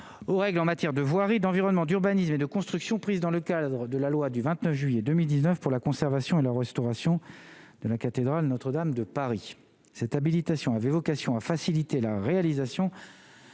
Aux règles en matière de voirie, d'environnement, d'urbanisme et de construction, prise dans le cadre de la loi du 29 juillet 2019 pour la conservation et la restauration de la cathédrale Notre-Dame de Paris, cette habilitation avait vocation à faciliter la réalisation